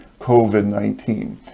COVID-19